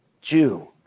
Jew